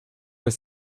were